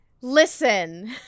listen